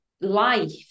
life